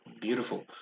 beautiful